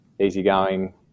easygoing